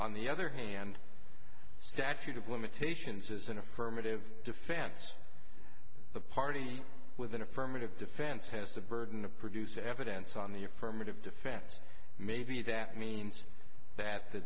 on the other hand statute of limitations is an affirmative defense to the party with an affirmative defense has the burden of produce evidence on the affirmative defense maybe that means that the